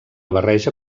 barreja